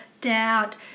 doubt